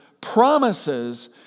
promises